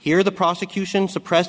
here the prosecution suppressed